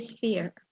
fear